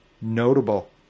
notable